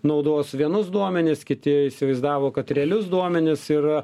naudos vienus duomenis kiti įsivaizdavo kad realius duomenis ir